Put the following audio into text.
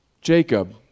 Jacob